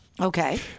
Okay